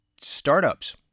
startups